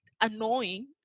annoying